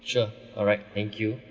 sure alright thank you